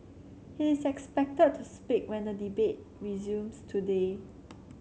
he is expected to speak when the debate resumes today